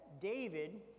David